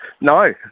No